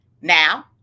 now